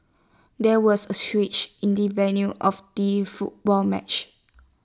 there was A switch in the venue of the football match